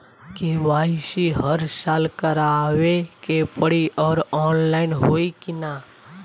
KYC हर साल करवावे के पड़ी और ऑनलाइन होई की ना?